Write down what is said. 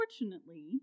Unfortunately